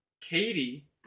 Katie